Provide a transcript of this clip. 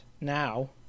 now